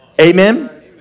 Amen